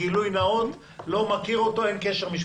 גילוי נאות, לא מכיר אותו, אין קשר משפחתי.